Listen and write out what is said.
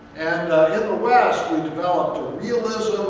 and in the west we developed realism,